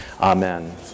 Amen